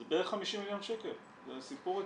זה בערך 50 מיליון שקל, זה סיפור רציני.